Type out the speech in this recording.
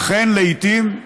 אכן לעיתים,